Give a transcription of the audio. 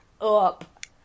up